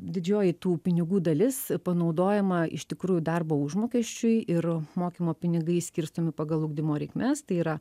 didžioji tų pinigų dalis panaudojama iš tikrųjų darbo užmokesčiui ir mokymo pinigai skirstomi pagal ugdymo reikmes tai yra